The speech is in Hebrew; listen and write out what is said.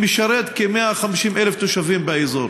שמשרת כ-150,000 תושבים באזור.